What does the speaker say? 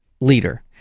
leader